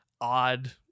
odd